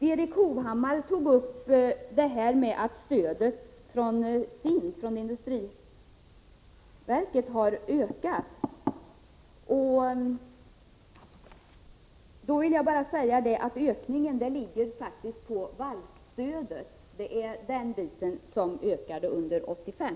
Erik Hovhammar sade att stödet från SIND, industriverket, har ökat. Den ökningen utgörs av varvsstödet, som ökade 1985.